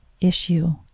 issue